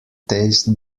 taste